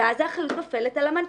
ואז האחריות נופלת על המנפיק.